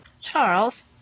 charles